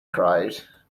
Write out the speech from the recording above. cried